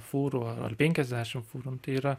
fūrų ar penkiasdešim fūrų nu tai yra